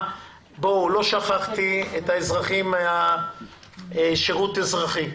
לא שכחתי את האזרחים מהשירות האזרחי,